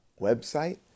website